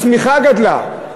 הצמיחה גדלה,